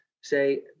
say